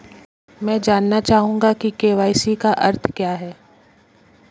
मैं जानना चाहूंगा कि के.वाई.सी का अर्थ क्या है?